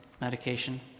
medication